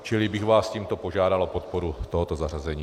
Čili bych vás tímto požádal o podporu tohoto zařazení.